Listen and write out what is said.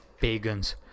pagans